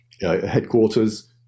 headquarters